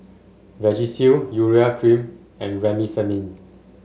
Vagisil Urea Cream and Remifemin